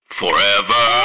forever